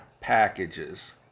packages